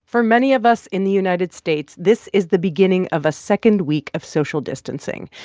for many of us in the united states, this is the beginning of a second week of social distancing,